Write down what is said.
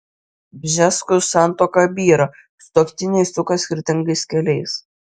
bžeskų santuoka byra sutuoktiniai suka skirtingais keliais